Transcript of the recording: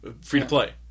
Free-to-play